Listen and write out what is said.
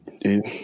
dude